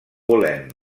volem